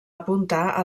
apuntar